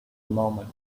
moment